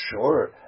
sure